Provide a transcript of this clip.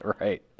Right